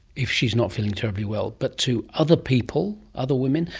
if she's not feeling terribly well, but to other people, other women.